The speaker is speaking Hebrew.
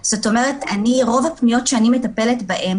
רוב הפניות שאני מטפלת בהן,